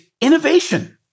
innovation